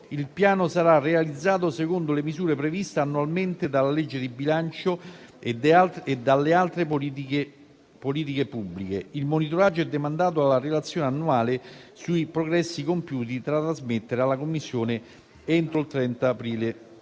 il Piano sarà realizzato secondo le misure previste annualmente dalla legge di bilancio e dalle altre politiche pubbliche. Il monitoraggio è demandato alla relazione annuale sui progressi compiuti da trasmettere alla Commissione entro il 30 aprile